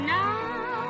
now